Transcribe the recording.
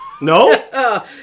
No